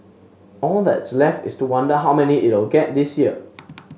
all that's left is to wonder how many it'll get this year